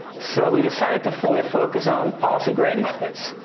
so, we decided to fully focus on policy gradient methods.